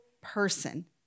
person